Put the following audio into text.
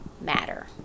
matter